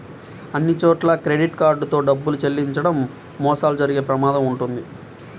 అన్నిచోట్లా credit card తో డబ్బులు చెల్లించడం మోసాలు జరిగే ప్రమాదం వుంటది